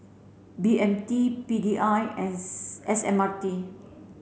B M T P D I and S M R T